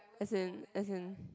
as in as in